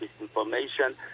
misinformation